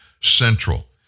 Central